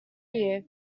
year